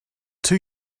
two